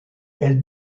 elle